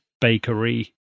bakery